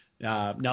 Now